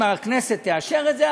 אם הכנסת תאשר את זה,